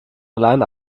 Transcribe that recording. allein